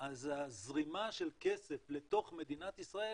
אז הזרימה של כסף לתוך מדינת ישראל,